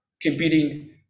competing